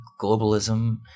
globalism